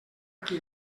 qui